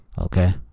Okay